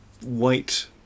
white